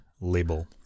label